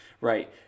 right